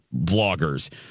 bloggers